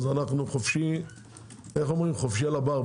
אז חופשי על הבר,